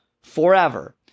forever